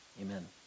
Amen